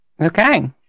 Okay